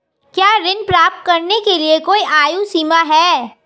क्या ऋण प्राप्त करने के लिए कोई आयु सीमा है?